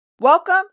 Welcome